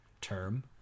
term